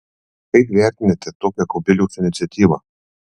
kaip vertinate tokią kubiliaus iniciatyvą